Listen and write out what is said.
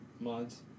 Mods